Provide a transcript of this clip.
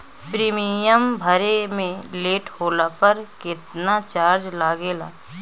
Premium भरे मे late होला पर केतना चार्ज लागेला?